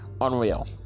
Unreal